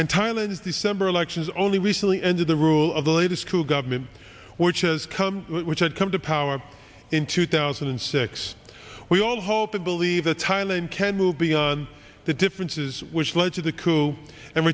and thailand's december elections only recently ended the rule of the latest coup government which has come which had come to power in two thousand and six we all hope and believe the thailand can move beyond the differences which led to the coup and